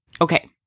Okay